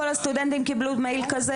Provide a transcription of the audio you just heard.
כל הסטודנטים קיבלו מייל כזה,